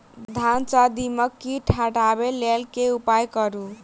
धान सँ दीमक कीट हटाबै लेल केँ उपाय करु?